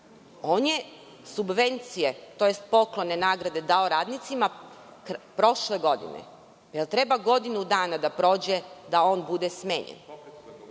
On je subvencije, tj. poklone, nagrade dao radnicima prošle godine. Da li treba godinu dana da prođe da on bude smenjen?